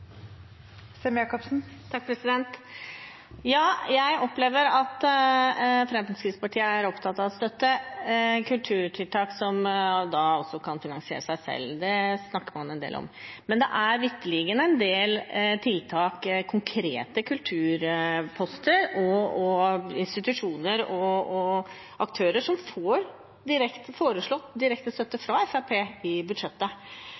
opptatt av å støtte kulturtiltak som kan finansiere seg selv. Det snakker man en del om. Men det er vitterlig en del tiltak, konkrete kulturposter, institusjoner og aktører som får foreslått direkte støtte fra Fremskrittspartiet i budsjettet.